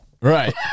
Right